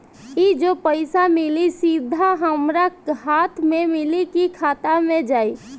ई जो पइसा मिली सीधा हमरा हाथ में मिली कि खाता में जाई?